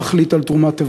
להחליט על תרומת איברים,